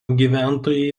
gyventojai